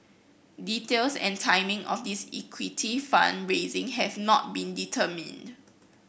details and timing of this equity fund raising have not been determined